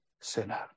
sinner